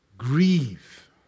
Grieve